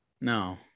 No